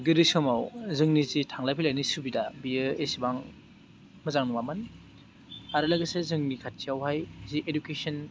गोदो समाव जोंनि जि थांलाय फैलायनि सुबिदा बेयो एसेबां मोजां नङामोन आरो लोगोसे जोंनि खाथियावहाय जि इदुकेसन